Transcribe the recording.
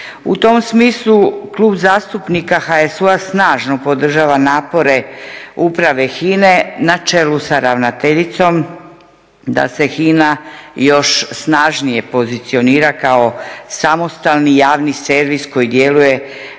U tom smislu Klub zastupnika HSU-a snažno podržava napore uprave HINA-e na čelu sa ravnateljicom da se HINA još snažnije pozicionira kao samostalni javni servis koji djeluje na